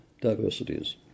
diversities